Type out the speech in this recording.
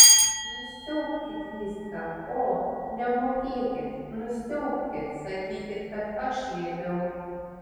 nusiaubkit viską o nemokėkit nusiaubkit sakykit kad aš liepiau